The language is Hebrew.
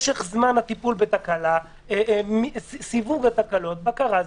משך זמן הטיפול בתקלה, סיווג התקלות, בקרה.